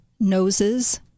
noses